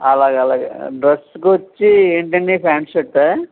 అలాగే అలాగే డ్రస్స్కు వచ్చి ఏంటండి ప్యాంట్ షర్టా